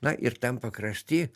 na ir tam pakrašty